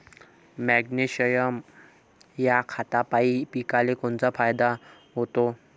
Magnesium ह्या खतापायी पिकाले कोनचा फायदा होते?